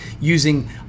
using